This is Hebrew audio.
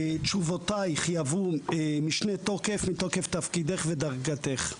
תשובותייך יהוו משנה תוקף מתוקף תפקידך ודרגתך.